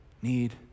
Need